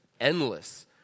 endless